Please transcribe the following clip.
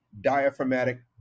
diaphragmatic